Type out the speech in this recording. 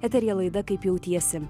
eteryje laida kaip jautiesi